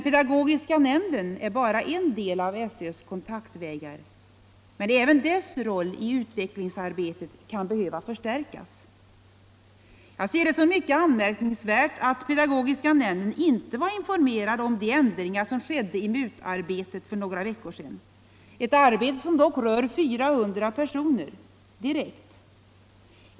Pedagogiska nämnden är bara en del av SÖ:s kontaktvägar, men även dess roll i utvecklingsarbetet kan behöva förstärkas. Det är mycket anmärkningsvärt att pedagogiska nämnden inte var informerad om de ändringar som skedde i MUT-arbetet för några veckor sedan — ett arbete som dock berör 400 personer direkt.